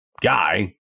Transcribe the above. guy